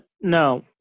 no